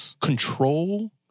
control